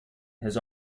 his